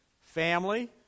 family